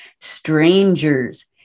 strangers